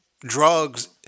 drugs